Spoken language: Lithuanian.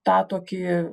tą tokį